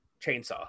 chainsaw